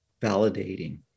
validating